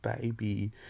baby